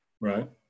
Right